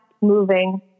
moving